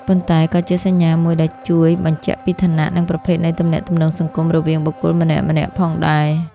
ប៉ុន្តែក៏ជាសញ្ញាមួយដែលជួយបញ្ជាក់ពីឋានៈ និងប្រភេទនៃទំនាក់ទំនងសង្គមរវាងបុគ្គលម្នាក់ៗផងដែរ។